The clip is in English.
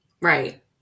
Right